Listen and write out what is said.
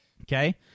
Okay